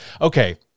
Okay